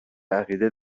عقیده